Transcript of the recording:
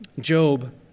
Job